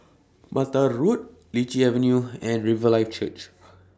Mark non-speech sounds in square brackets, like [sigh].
Mattar Road Lichi Avenue and Riverlife Church [noise]